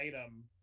item